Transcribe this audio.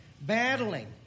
battling